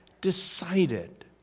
decided